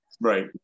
Right